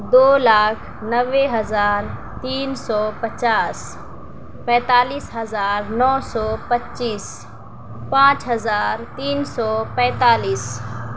دو لاکھ نبے ہزار تین سو پچاس پینتالیس ہزار نو سو پچیس پانچ ہزار تین سو پینتالیس